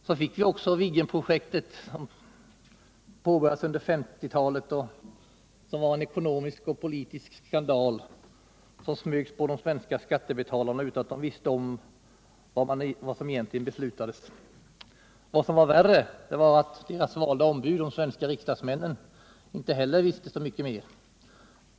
Så fick vi också Viggenprojektet, som pågick under 1950-talet och som var en ekonomisk och politisk skandal som smögs på de svenska skattebetalarna utan att de visste om vad som egentligen beslutades. Men värre var att deras valda ombud, de svenska riksdagsmännen, inte visste så mycket mer.